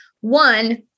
one